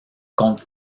compte